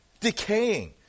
decaying